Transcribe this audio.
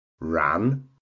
ran